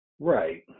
Right